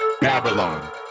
Babylon